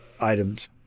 items